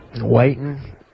Waiting